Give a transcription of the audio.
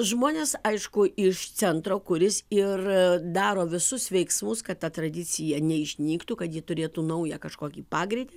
žmonės aišku iš centro kuris ir daro visus veiksmus kad ta tradicija neišnyktų kad ji turėtų naują kažkokį pagreitį